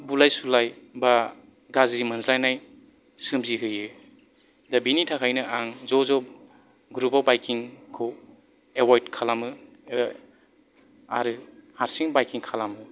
बुलाय सुलाय बा गाज्रि मोनज्लायनाय सोमजि होयो दा बेनि थाखायनो आं ज' ज' ग्रुपाव बायकिं खौ एबयद खालामो आरो हारसिं बायकिं खालामो